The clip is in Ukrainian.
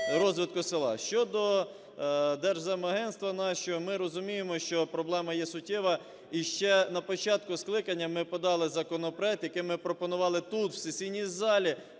Щодо Держземагентства, нащо. Ми розуміємо, що проблема є суттєва. І ще на початку скликання ми подали законопроект, яким ми пропонували тут, в сесійній залі,